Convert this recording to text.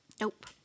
nope